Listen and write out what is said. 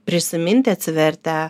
prisiminti atsivertę